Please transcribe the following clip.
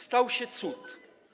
Stał się cud.